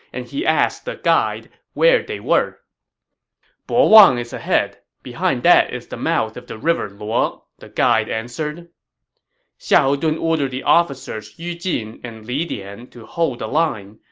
and he asked the guide where they were bo wang is ahead. behind that is the mouth of the river luo, the guide answered xiahou dun ordered the officers yu jin and li dian to hold the line,